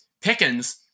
Pickens